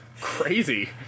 Crazy